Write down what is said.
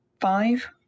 five